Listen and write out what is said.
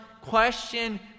question